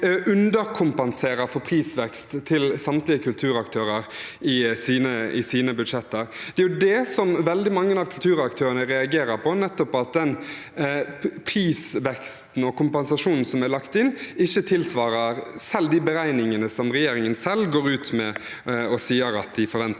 underkompenserer for prisveksten til samtlige kulturaktører i sine budsjetter. Veldig mange av kulturaktørene reagerer nettopp på at den prisveksten og kompensasjonen som er lagt inn, ikke tilsvarer de beregningene som regjeringen selv går ut med og sier at de forventer